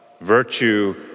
Virtue